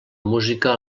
música